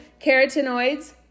carotenoids